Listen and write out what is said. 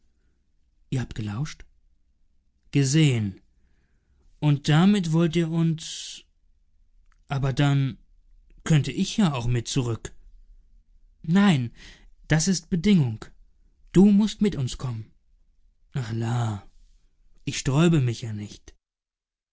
ihr habt gelauscht gesehen und damit wollt ihr uns aber dann könnte ich ja auch mit zurück nein das ist bedingung du mußt mit uns kommen ach la ich sträube mich ja nicht